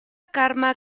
karma